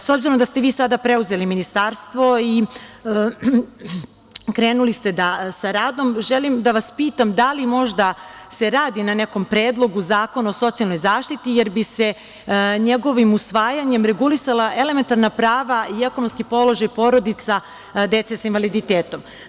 S obzirom da ste vi sada preuzeli ministarstvo i krenuli ste sa radom, želim da vas pitam da li se možda radi na nekom predlogu zakona o socijalnoj zaštiti, jer bi se njegovim usvajanjem regulisala elementarna prava i ekonomski položaj porodica dece sa invaliditetom?